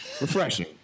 refreshing